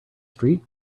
street